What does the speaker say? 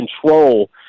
control